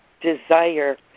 desire